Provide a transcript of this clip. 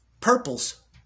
purples